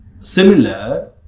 similar